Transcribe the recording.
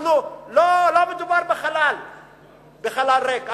ולא מדובר בחלל ריק,